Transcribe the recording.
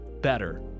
better